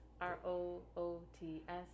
R-O-O-T-S